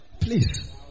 Please